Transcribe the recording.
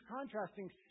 contrasting